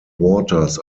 waters